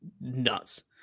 nuts